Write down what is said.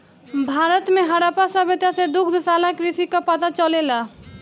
भारत में हड़प्पा सभ्यता से दुग्धशाला कृषि कअ पता चलेला